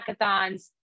hackathons